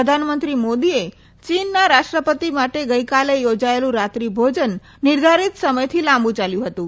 પ્રધાનમંત્રી મોદીએ ચીની રાષ્ટ્રપતિ માટે ગઇકાલે યોજેલું રાત્રી ભોજન નિર્ધારીત સમયથી લાંબુ ચાલ્યું હતું